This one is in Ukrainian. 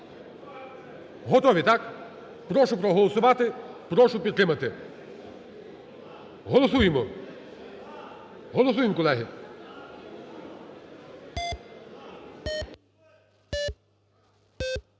Готові, так? Прошу проголосувати. Прошу підтримати. Голосуємо. Голосуєм, колеги.